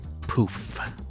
poof